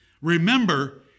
remember